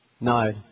No